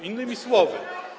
Innymi słowy.